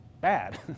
bad